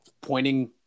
pointing